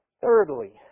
Thirdly